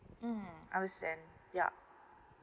mm I'll send yup